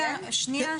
כן.